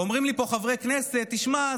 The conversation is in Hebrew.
אומרים לי פה חברי כנסת: תשמע,